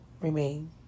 Remain